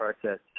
process